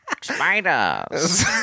spiders